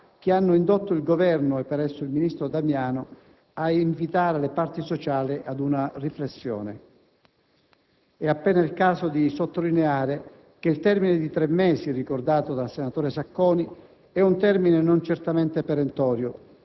che hanno indotto il Governo, e per esso il ministro Damiano, ad invitare le parti sociali ad una riflessione. È appena il caso di sottolineare che il termine di tre mesi ricordato dal senatore Sacconi è un termine non certamente perentorio,